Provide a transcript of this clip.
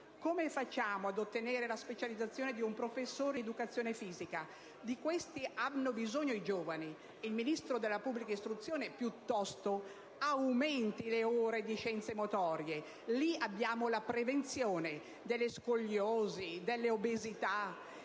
Come facciamo ad ottenere la specializzazione di un professore di educazione fisica? Di questi, hanno bisogno i giovani. Il Ministro della pubblica istruzione piuttosto aumenti le ore di scienze motorie. Là abbiamo la prevenzione di scoliosi e obesità,